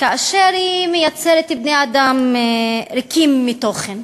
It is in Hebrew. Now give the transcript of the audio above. כאשר היא מייצרת בני-אדם ריקים מתוכן,